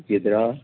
गिदिरा